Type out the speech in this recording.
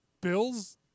bills